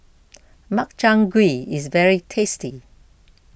Makchang Gui is very tasty